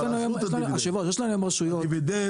הדיבידנד,